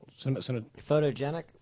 photogenic